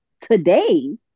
today